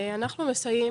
אנחנו מסייעים